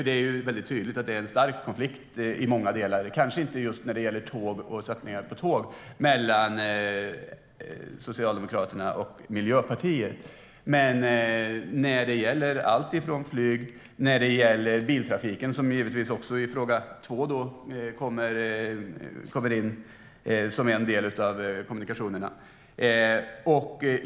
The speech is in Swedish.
Det är väldigt tydligt att det finns en stark konflikt mellan Socialdemokraterna och Miljöpartiet i många delar, kanske inte just när det gäller satsningar på tåg men när det gäller flyg och biltrafiken, som i fråga två kommer in som en del av kommunikationerna.